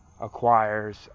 acquires